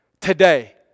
today